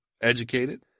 educated